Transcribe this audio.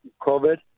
COVID